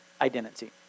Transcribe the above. Identity